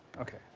okay.